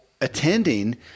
attending